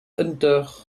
hunter